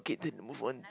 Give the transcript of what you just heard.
okay then move on